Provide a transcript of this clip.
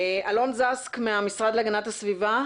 נמצא אתנו אלון זקס, המשרד להגנת הסביבה?